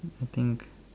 I think